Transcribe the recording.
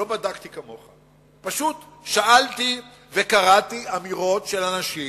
לא בדקתי כמוך, פשוט שאלתי וקראתי אמירות של אנשים